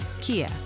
Kia